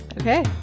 Okay